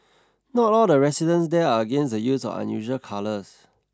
not all the residents there are against the use of unusual colours